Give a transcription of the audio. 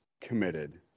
committed